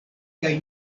kaj